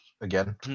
Again